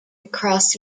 across